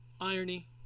irony